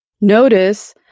Notice